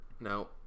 No